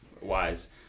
wise